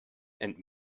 and